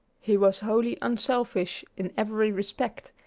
he was wholly unselfish in every respect,